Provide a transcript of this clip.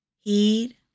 Heed